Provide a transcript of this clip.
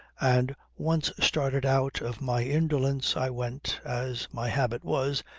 and once started out of my indolence i went, as my habit was,